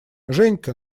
женька